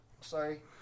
Sorry